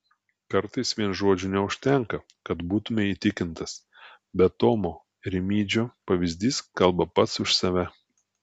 kartais vien žodžių neužtenka kad būtumei įtikintas bet tomo rimydžio pavyzdys kalba pats už save